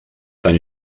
tan